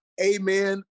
amen